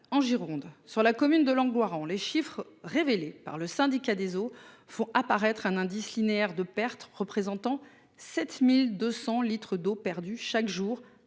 En Gironde, dans la commune de Langoiran, les chiffres révélés par le syndicat des eaux font apparaître un indice linéaire de perte de 7 200 litres d'eau par kilomètre chaque jour-